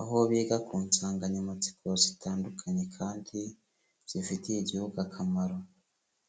aho biga ku nsanganyamatsiko zitandukanye kandi zifitiye Igihugu akamaro.